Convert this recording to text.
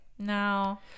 No